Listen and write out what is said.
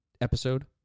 episode